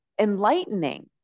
enlightening